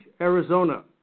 Arizona